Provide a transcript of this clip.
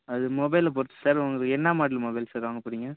அது மொபைலை பொறுத்து சார் உங்களுக்கு என்ன மாடல் மொபைல் சார் வாங்க போகிறீங்க